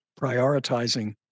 prioritizing